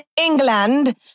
England